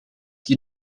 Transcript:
die